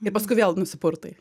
ir paskui vėl nusipurtai